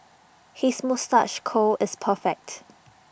his moustache curl is perfect